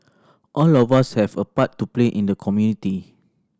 all of us have a part to play in the community